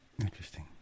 Interesting